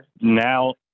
now